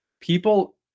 People